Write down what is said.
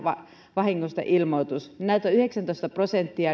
vahingosta ilmoitus näitä on yhdeksäntoista prosenttia